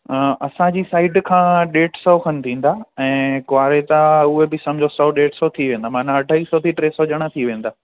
असांजी साइड खां ॾेढ सौ खन थींदा ऐं क्वांरेता उहे बि सम्झो सौ ॾेढ सौ थी वेंदा माना अढाई सौ बि टे सौ ॼणा थी वेंदा